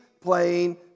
playing